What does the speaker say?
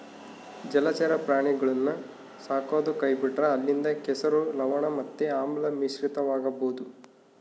ಜಲಚರ ಪ್ರಾಣಿಗುಳ್ನ ಸಾಕದೊ ಕೈಬಿಟ್ರ ಅಲ್ಲಿಂದ ಕೆಸರು, ಲವಣ ಮತ್ತೆ ಆಮ್ಲ ಮಿಶ್ರಿತವಾಗಬೊದು